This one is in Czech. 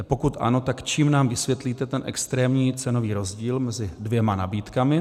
Pokud ano, tak čím nám vysvětlíte ten extrémní cenový rozdíl mezi dvěma nabídkami.